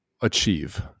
achieve